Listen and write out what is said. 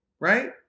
right